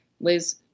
Liz